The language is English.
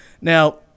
Now